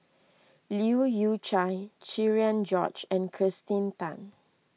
Leu Yew Chye Cherian George and Kirsten Tan